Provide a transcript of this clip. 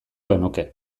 genuke